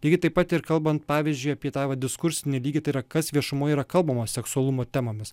lygiai taip pat ir kalbant pavyzdžiui apie ta va diskursinį lygį tai yra kas viešumoje yra kalbama seksualumo temomis